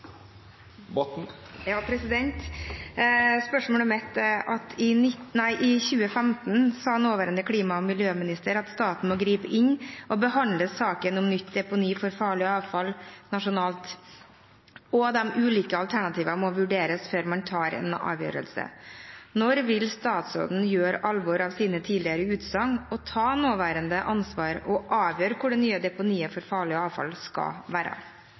miljøminister at staten må gripe inn og behandle saken om nytt deponi for farlig avfall nasjonalt, og at de ulike alternativene må vurderes før man tar en avgjørelse. Når vil statsråden gjøre alvor av sine tidligere utsagn og ta nåværende ansvar og avgjøre hvor det nye deponiet for farlig avfall skal være?»